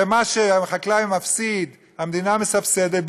ומה שהחקלאי מפסיד, המדינה מסבסדת.